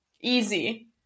easy